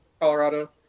Colorado